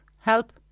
help